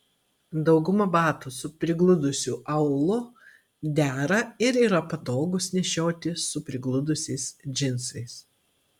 dauguma batų su prigludusiu aulu dera ir yra patogūs nešioti su prigludusiais džinsais